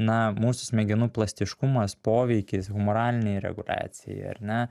na mūsų smegenų plastiškumas poveikis humoralinei reguliacijai ar ne